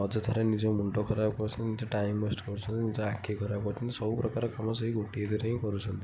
ଅଯଥାରେ ନିଜେ ମୁଣ୍ଡ ଖରାପ କରୁଛନ୍ତି ନିଜ ଟାଇମ୍ ୱେଷ୍ଟ କରୁଛନ୍ତି ନିଜ ଆଖି ଖରାପ କରୁଛନ୍ତି ସବୁପ୍ରକାର କାମ ସେଇ ଗୋଟିଏ ଥିରେ ହିଁ କରୁଛନ୍ତି